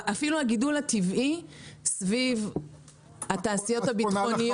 אפילו הגידול הטבעי סביב התעשיות הביטחוניות